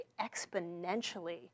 exponentially